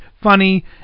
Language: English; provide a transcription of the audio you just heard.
funny